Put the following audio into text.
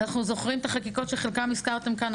אנחנו זוכרים את החקיקות שחלקן הזכרתם כאן,